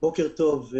בוקר טוב.